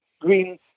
green